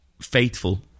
faithful